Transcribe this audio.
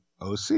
OC